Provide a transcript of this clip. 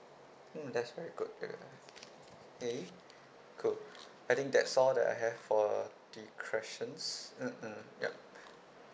mm that's very good very nice eh cool I think that's all that I have for the questions mm mm yup